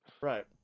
Right